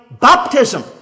baptism